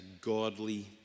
godly